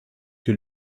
que